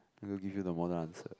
then will give you the model answer